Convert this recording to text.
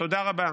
תודה רבה.